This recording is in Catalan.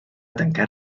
tancar